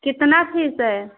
कितनी फ़ीस है